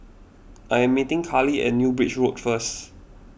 I am meeting Carlie at New Bridge Road first